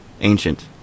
Ancient